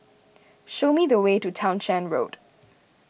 show me the way to Townshend Road